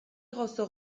gozo